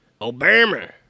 Obama